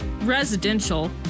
residential